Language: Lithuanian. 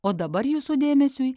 o dabar jūsų dėmesiui